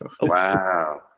Wow